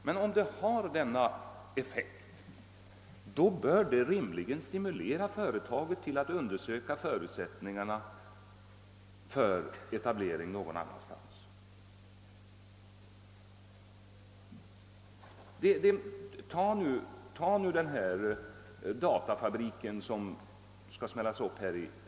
Men om det har denna effekt, så bör det rimligen stimulera företaget att undersöka förutsättningarna för en etablering någon annanstans. Låt oss se på den datafabrik som skall byggas på Järvafältet.